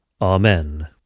Amen